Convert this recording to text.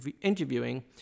interviewing